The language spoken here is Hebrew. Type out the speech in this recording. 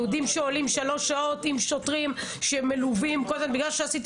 יהודים שעולים שלוש שעות עם שוטרים שמלווים -- בגלל שעשיתי